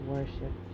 Worship